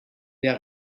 der